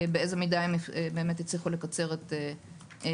באיזה מידה באמת הם הצליחו לקצר את התורים.